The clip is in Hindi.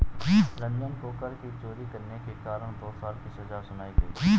रंजन को कर की चोरी करने के कारण दो साल की सजा सुनाई गई